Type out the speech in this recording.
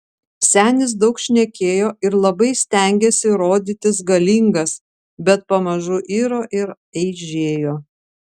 senis daug šnekėjo ir labai stengėsi rodytis galingas bet pamažu iro ir eižėjo